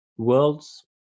worlds